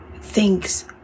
thanks